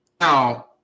Now